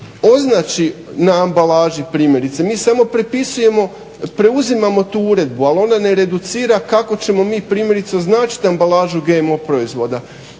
označi na ambalaži primjerice. Mi samo preuzimamo tu uredbu ali ona ne reducira kako ćemo mi primjerice označit ambalažu GMO proizvoda.